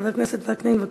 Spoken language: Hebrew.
חבר הכנסת וקנין, בבקשה.